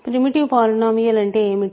primitive polynomial అంటే ఏమిటి